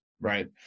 Right